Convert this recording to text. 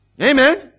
amen